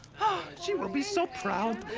ah, she will be so proud.